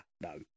no